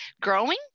growing